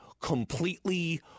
completely